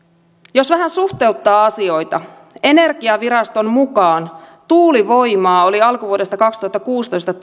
jos vähän suhteuttaa asioita energiaviraston mukaan tuulivoimaa oli alkuvuodesta kaksituhattakuusitoista